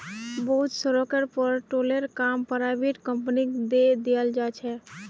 बहुत सड़केर पर टोलेर काम पराइविट कंपनिक दे दियाल जा छे